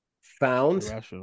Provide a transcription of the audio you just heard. Found